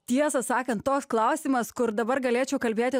tiesą sakant toks klausimas kur dabar galėčiau kalbėti